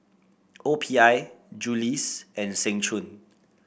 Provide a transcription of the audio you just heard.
O P I Julie's and Seng Choon